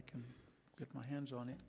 i can get my hands on it